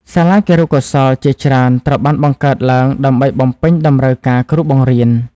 សាលាគរុកោសល្យជាច្រើនត្រូវបានបង្កើតឡើង ដើម្បីបំពេញតម្រូវការគ្រូបង្រៀន។